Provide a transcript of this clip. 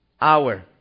hour